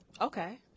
Okay